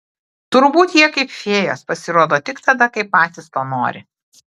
turbūt jie kaip fėjos pasirodo tik tada kai patys to nori